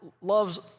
loves